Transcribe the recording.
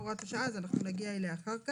אז נגיע אליה אחר כך.